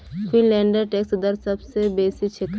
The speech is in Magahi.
फिनलैंडेर टैक्स दर सब स बेसी छेक